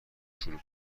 شروع